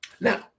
Now